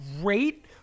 great